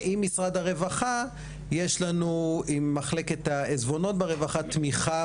יש לנו עם מחלקת העיזבונות במשרד הרווחה תמיכה